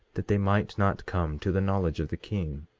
that they might not come to the knowledge of the king.